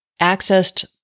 accessed